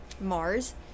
Mars